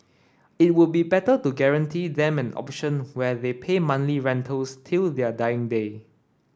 it would be better to guarantee them an option where they pay monthly rentals till their dying day